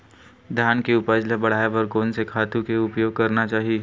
धान के उपज ल बढ़ाये बर कोन से खातु के उपयोग करना चाही?